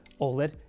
OLED